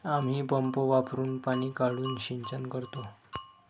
आम्ही पंप वापरुन पाणी काढून सिंचन करतो